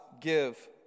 give